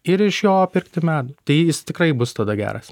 ir iš jo pirkti medų tai jis tikrai bus tada geras